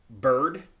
Bird